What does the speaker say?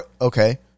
Okay